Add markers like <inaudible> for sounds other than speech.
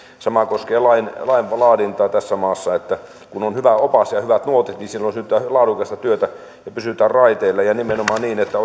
sama koskee lainlaadintaa tässä maassa kun on hyvä opas ja ja hyvät nuotit niin silloin syntyy laadukasta työtä ja pysytään raiteilla ja nimenomaan niin että <unintelligible>